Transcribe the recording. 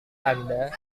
anda